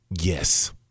Yes